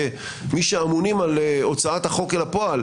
כמי שאמונים על הוצאת החוק אל הפועל,